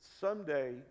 Someday